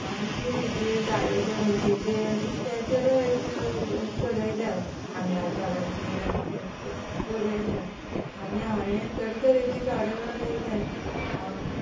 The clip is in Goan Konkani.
आनी तीं हेचेर झाडाचेर वण्टीचेर अशीं कित्याचेरय एक चडयल्या आंब्या झाडाचेर आनी कित्याचेर चडयल्या आनी हांयें तरेतरेचीं झाडां रोयल्या